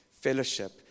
fellowship